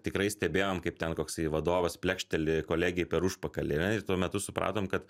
tikrai stebėjom kaip ten koksai vadovas plekšteli kolegei per užpakalį ir tuo metu supratom kad